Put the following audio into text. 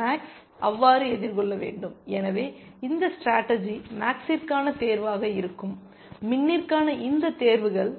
maths அவ்வாறு எதிர்கொள்ள வேண்டும் எனவே இந்த ஸ்டேடர்ஜி மேக்ஸ்ற்கான தேர்வாக இருக்கும் மின்னிற்கான இந்த தேர்வுகள்